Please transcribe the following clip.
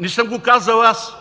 Не съм го казал аз.